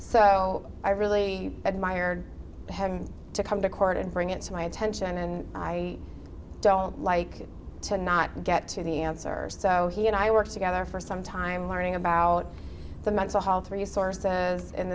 so i really admired having to come to court and bring it to my attention and i don't like to not get to the answer so he and i worked together for some time learning about the mental health are you sources